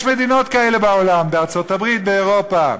יש מדינות כאלה בעולם, בארצות-הברית, באירופה.